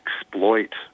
exploit